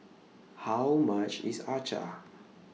How much IS Acar